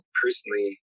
personally